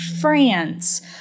France